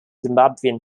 zimbabwean